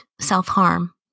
self-harm